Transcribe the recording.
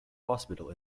hospital